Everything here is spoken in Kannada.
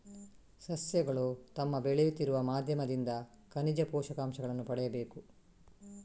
ಸಸ್ಯಗಳು ತಮ್ಮ ಬೆಳೆಯುತ್ತಿರುವ ಮಾಧ್ಯಮದಿಂದ ಖನಿಜ ಪೋಷಕಾಂಶಗಳನ್ನು ಪಡೆಯಬೇಕು